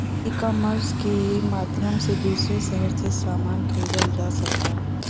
ecommerce के माध्यम से दूसरे शहर से समान खरीदल जा सकला